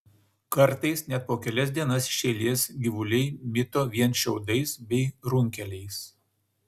kartais net po kelias dienas iš eilės gyvuliai mito vien šiaudais bei runkeliais